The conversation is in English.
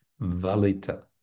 valita